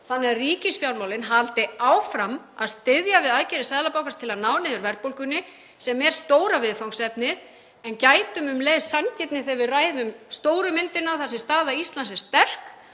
þannig að ríkisfjármálin haldi áfram að styðja við aðgerðir Seðlabankans til að ná niður verðbólgunni, sem er stóra viðfangsefnið, en gætum um leið sanngirni þegar við ræðum stóru myndina þar sem staða Íslands er sterk.